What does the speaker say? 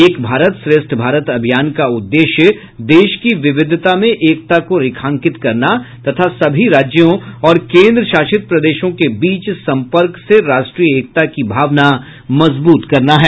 एक भारत श्रेष्ठ भारत अभियान का उद्देश्य देश की विविधता में एकता को रेखांकित करना तथा सभी राज्यों और केन्द्र शासित प्रदेशों के बीच सम्पर्क से राष्ट्रीय एकता की भावना मजबूत करना है